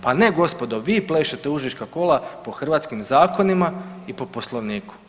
Pa ne gospodo plešete užička kola po hrvatskim zakonima i po Poslovniku.